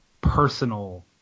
personal